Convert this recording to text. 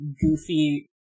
goofy